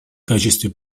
качестве